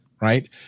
right